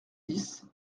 dix